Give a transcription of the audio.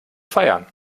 feiern